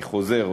אני חוזר,